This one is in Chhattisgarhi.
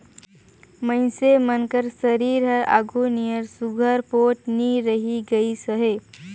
मइनसे मन कर सरीर हर आघु नियर सुग्घर पोठ नी रहि गइस अहे